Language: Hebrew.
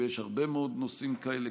ויש הרבה מאוד נושאים כאלה,